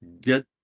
get